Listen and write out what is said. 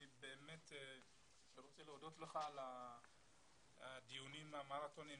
אני באמת רוצה להודות לך על הדיונים המרתוניים